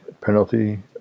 penalty